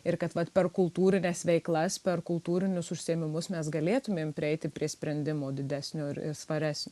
ir kad vat per kultūrines veiklas per kultūrinius užsiėmimus mes galėtumėm prieiti prie sprendimo didesnio ir i svaresnio